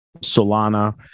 solana